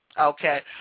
Okay